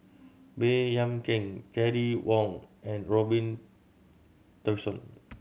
Baey Yam Keng Terry Wong and Robin Tessensohn